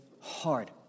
hard